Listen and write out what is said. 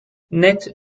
net